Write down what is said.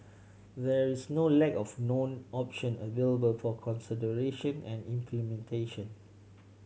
there is no lack of known option available for consideration and implementations